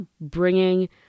bringing